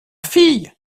fille